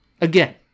Again